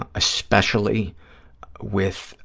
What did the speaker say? ah especially with